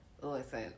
Listen